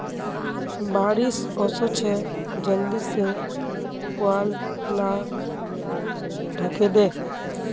बारिश ओशो छे जल्दी से पुवाल लाक ढके दे